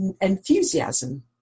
enthusiasm